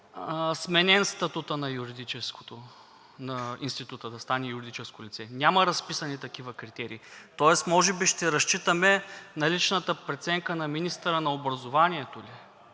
сменен статутът на института да стане юридическо лице. Няма разписани такива критерии, тоест може би ще разчитаме на личната преценка на министъра на образованието ли?